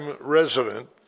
resident